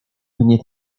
mnie